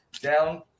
down